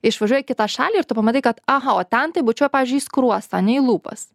išvažiuoji į kitą šalį ir tu pamatai kad aha o ten tai bučiuoja pavyzdžiui į skruostą ane į lūpas